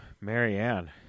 Marianne